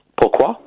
Pourquoi